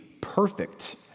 perfect